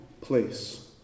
place